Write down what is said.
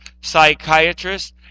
psychiatrists